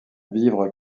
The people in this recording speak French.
vivre